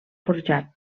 forjat